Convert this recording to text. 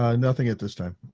um nothing at this time.